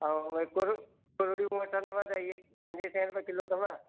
ऐं कुर कुरड़ियूं वठंदव त इहे पंजे सौ रुपए किलो अथव